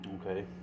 okay